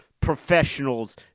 professionals